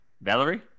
Valerie